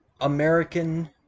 American